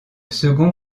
second